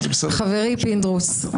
חברי פינדרוס,